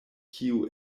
kiu